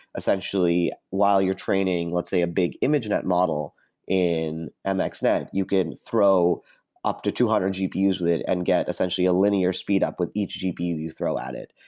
essentially, while you're training, let's say, a big image net model in mxnet, you can throw up to two hundred gpu's with it and get essentially a linear speed up with each gpu you throw at it.